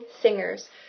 Singers